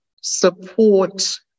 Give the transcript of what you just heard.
support